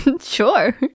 Sure